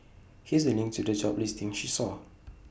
here's A link to the job listing she saw